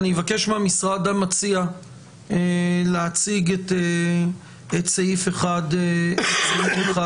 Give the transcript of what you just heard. אני אבקש מהמשרד המציע להציג את סעיף 1 לחוק,